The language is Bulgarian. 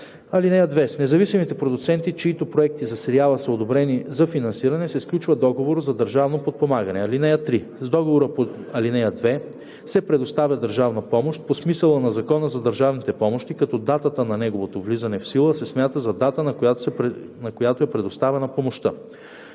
закона. (2) С независимите продуценти, чиито проекти за сериали са одобрени за финансиране, се сключва договор за държавно подпомагане. (3) С договора по ал. 2 се предоставя държавна помощ по смисъла на Закона за държавните помощи, като датата на неговото влизане в сила се смята за дата, на която е предоставена помощта.“